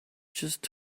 just